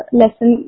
lesson